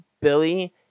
Billy